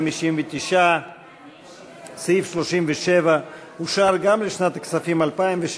59. סעיף 37 אושר גם לשנת הכספים 2016,